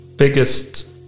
Biggest